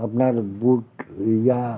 আপনার বুট ইয়ে